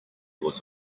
was